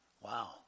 Wow